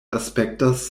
aspektas